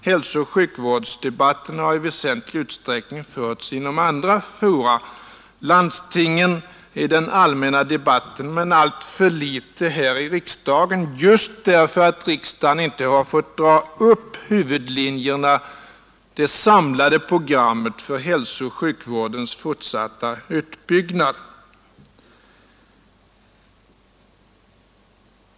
Hälsooch sjukvårdsfrågorna har nämligen i väsentlig utsträckning tagits upp inför andra fora, inom landstingen och i den allmänna debatten, men alltför litet här i riksdagen just därför att riksdagen inte fått dra upp huvudlinjerna, det samlade programmet för hälsooch sjukvårdens fortsatta utbyggnad.